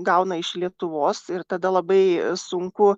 gauna iš lietuvos ir tada labai sunku